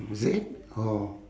is it oh